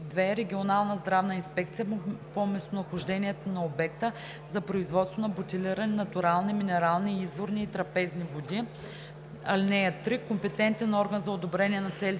2. регионалната здравна инспекция - по местонахождение на обекта за производство на бутилирани натурални минерални, изворни и трапезни води. (3) Компетентен орган за одобрение за целите